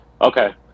Okay